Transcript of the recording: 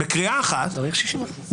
צריך 61?